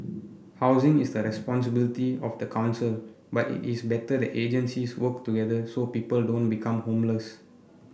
housing is the responsibility of the council but it is better that agencies work together so people don't become homeless